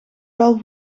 wel